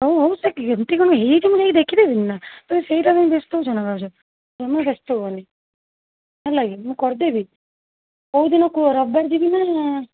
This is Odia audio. ହଉ ହଉ ସେ ଏମତି କ'ଣ ହେଇଯାଇଛି ମୁଁ ଯାଇକି ଦେଖି ଦେବିନି ନା ତମେ ସେଇଟା ପାଇଁ ବ୍ୟସ୍ତ ହେଉଛ ନା ଭାଉଜ ତମେ ବ୍ୟସ୍ତ ହୁଅନି ହେଲା କି ମୁଁ କରିଦେବି କେଉଁ ଦିନ କୁହ ରବିବାର ଯିବି ନା